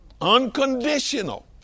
Unconditional